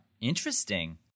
interesting